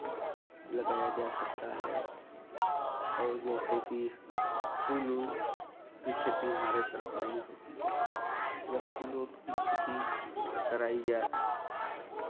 लगाया जा सकता है और जैसे कि फूल ऊल की खेती हमारे तरफ नहीं होती है अगर फूल उल की खेती कराई जाए